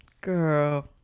Girl